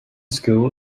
school